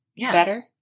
better